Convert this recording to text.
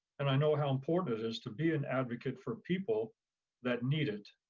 and i know how important it is to be an advocate for people that need it.